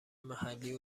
محلی